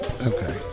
okay